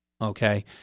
Okay